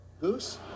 Goose